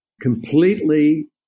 completely